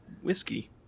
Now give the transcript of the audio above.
whiskey